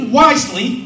wisely